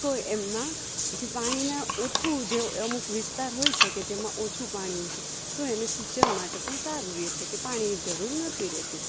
તો એમાં જે પાણીના ઓછું જે અમુક વિસ્તાર હોય છે કે જેમાં ઓછું પાણી હોય છે તો એને સિંચન માટે પણ સારું રે છે કે પાણી જરૂર નથી રહેતી